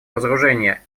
разоружения